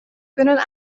kunnen